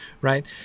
right